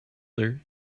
getting